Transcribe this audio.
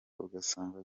ugasanga